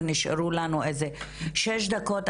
ונשארו לנו איזה שש דקות.